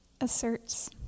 asserts